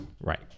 Right